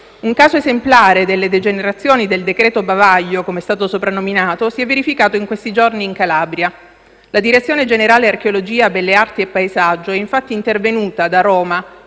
Un caso esemplare delle degenerazioni del decreto bavaglio, come è stato soprannominato, si è verificato in questi giorni in Calabria. La Direzione generale archeologia belle arti e paesaggio è infatti intervenuta, da Roma,